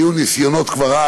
היו ניסיונות כבר אז.